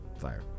Fire